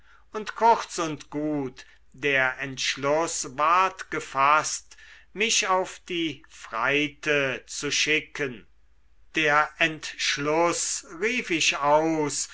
und kurz und gut der entschluß ward gefaßt mich auf die freite zu schicken der entschluß rief ich aus